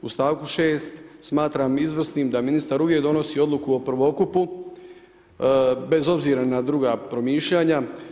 U stavku 6. smatram izvrsnim da ministar uvijek donosi odluku o prvokupu, bez obzira na druga promišljanja.